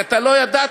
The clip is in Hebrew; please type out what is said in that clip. כי אתה לא ידעת,